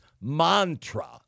mantra